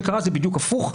מה שקרה זה בדיוק הפוך,